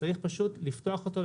צריך פשוט לפתוח אותו,